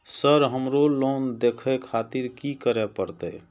Sir हमरो loan देखें खातिर की करें परतें?